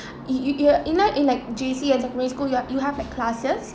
y~ y~ you know in like J_C and secondary school you have you have like classes